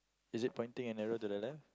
is it pointing an arrow to the left